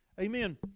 amen